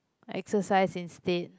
exercise instead